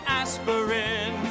aspirin